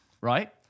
right